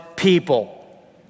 people